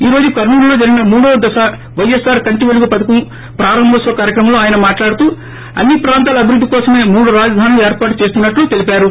ఈ రోజు కర్నూలులో జరిగిన మూడో దశ పైఎస్సార్ కంటిపెలుగు పథకం ప్రారంభోత్సవ కార్యక్రమంలో ఆయన మాట్లాడుతూ అన్ని ప్రాంతాల అభివృద్ది కోసమే మూడు రాజధానులు ఏర్పాటు చేస్తున్నట్లు తెలిపారు